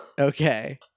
Okay